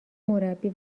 مربی